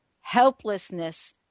Helplessness